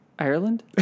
Ireland